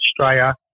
Australia